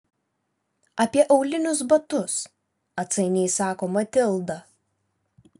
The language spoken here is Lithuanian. apie aulinius batus atsainiai sako matilda